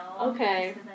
Okay